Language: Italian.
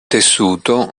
tessuto